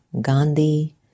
Gandhi